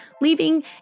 leaving